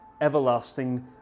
everlasting